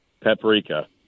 paprika